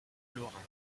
lorrain